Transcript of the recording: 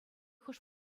хӑш